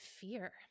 fear